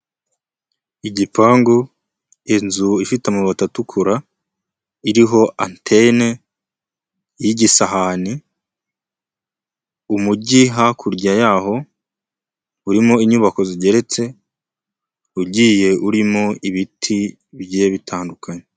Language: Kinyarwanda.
Igipangu, inzu ifite amabati atukura, iriho antene y'igisahane, umujyi hakurya yaho urimo inyubako zigeretse, ugiye urimo ibiti bigiye bitandukanye.